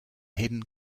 hidden